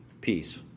peace